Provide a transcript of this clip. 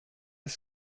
est